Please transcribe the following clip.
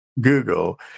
Google